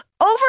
over